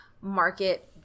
market